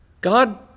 God